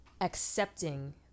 accepting